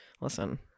listen